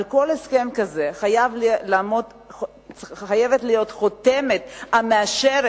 על כל הסכם כזה חייבת להיות חותמת המאשרת